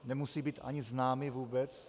Nemusí být ani známy vůbec?